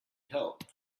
help